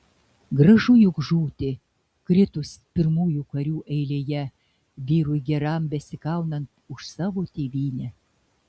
gražu juk žūti kritus pirmųjų karių eilėje vyrui geram besikaunant už savo tėvynę